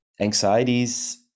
anxieties